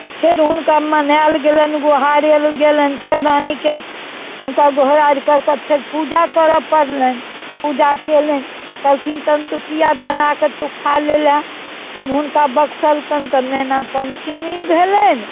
तऽ फेर हुनका मनायल गेलनि एगो लोहार लङ्ग गेलनि रानीके हुनका घोड़ा कऽ कऽ फेर पूजा करऽ पड़लनि पूजा कयलनि कहलखिन तहन तू किआ बनाकऽ तू खा लेले फेर हुनका बक्सलकनि तऽ मैना पञ्चमी भेलनि